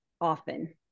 often